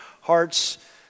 hearts